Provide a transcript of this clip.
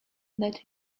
that